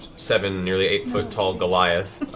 seven, nearly eight foot tall goliath.